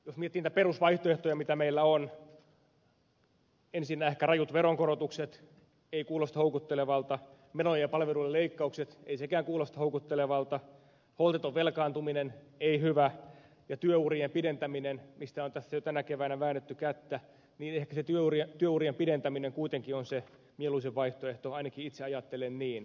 jos miettii niitä perusvaihtoehtoja mitä meillä on ensinnä ehkä rajut veronkorotukset ei kuulosta houkuttelevalta menojen ja palvelujen leikkaukset ei sekään kuulosta houkuttelevalta holtiton velkaantuminen ei hyvä ja työurien pidentäminen mistä on tässä jo tänä keväänä väännetty kättä niin ehkä se työurien pidentäminen kuitenkin on se mieluisin vaihtoehto ainakin itse ajattelen niin